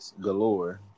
galore